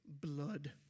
blood